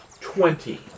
Twenty